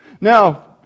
Now